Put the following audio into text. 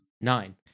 Nine